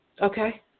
Okay